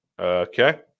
Okay